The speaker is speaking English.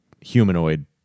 humanoid